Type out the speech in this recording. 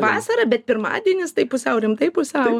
vasara bet pirmadienis tai pusiau rimtai pusiau